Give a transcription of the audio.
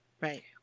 Right